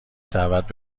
دعوت